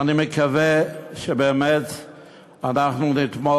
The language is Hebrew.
ואני מקווה שבאמת אנחנו נתמוך.